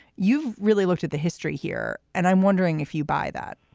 you really looked at the history here and i'm wondering if you buy that